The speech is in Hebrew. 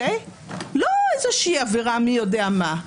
לא איזושהי עבירה מי יודע מה,